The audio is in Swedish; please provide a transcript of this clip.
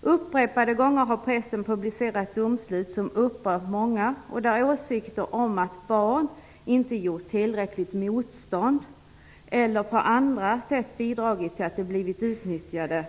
Upprepade gånger har pressen publicerat domslut som upprört många på grund av åsikter om att barn i samband med övergrepp inte gjort tillräckligt motstånd eller att de på andra sätt bidragit till att de blivit utnyttjade.